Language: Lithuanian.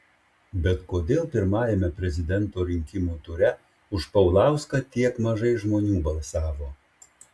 bet kodėl pirmajame prezidento rinkimų ture už paulauską tiek mažai žmonių balsavo